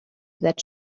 that